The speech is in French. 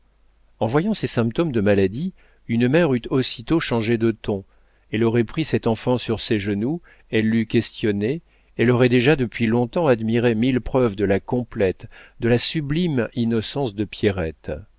en voyant ces symptômes de maladie une mère eût aussitôt changé de ton elle aurait pris cette enfant sur ses genoux elle l'eût questionnée elle aurait déjà depuis long-temps admiré mille preuves de la complète de la sublime innocence de pierrette